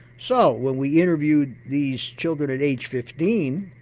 so when we interviewed these children at age fifteen,